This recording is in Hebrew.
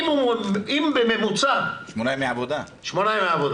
שמונה ימי עבודה.